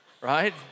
right